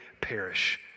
perish